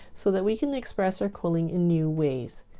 so that we can express our quilling in new ways.